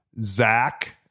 Zach